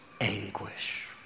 anguish